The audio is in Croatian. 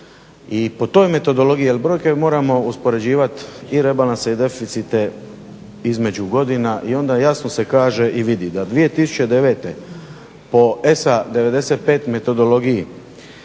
I po toj metodologiji jer brojke moramo uspoređivati i rebalanse i deficite između godina i onda jasno se kaže i vidi da 2009. po ESA 95. metodologiji